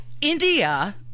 India